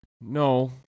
No